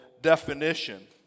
definition